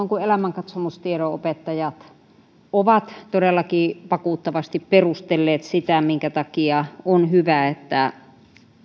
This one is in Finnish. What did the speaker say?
kuin elämänkatsomustiedon opettajat ovat todellakin vakuuttavasti perustelleet sitä minkä takia on hyvä että